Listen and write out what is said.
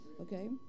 Okay